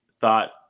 thought